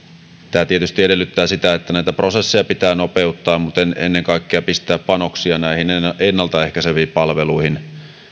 tämä tietysti edellyttää sitä että näitä prosesseja pitää nopeuttaa mutta ennen kaikkea pistää panoksia ennaltaehkäiseviin palveluihin